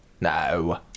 No